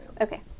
Okay